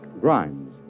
Grimes